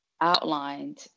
outlined